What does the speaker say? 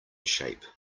shape